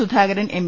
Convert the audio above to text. Sudhakaran M